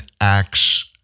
acts